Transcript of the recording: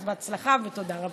אז בהצלחה ותודה רבה.